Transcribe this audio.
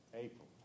April